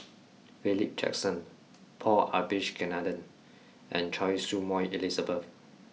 Philip Jackson Paul Abisheganaden and Choy Su Moi Elizabeth